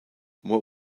what